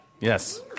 Yes